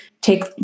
take